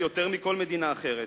יותר מכל מדינה אחרת,